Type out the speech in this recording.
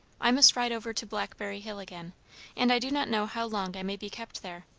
i must ride over to blackberry hill again and i do not know how long i may be kept there.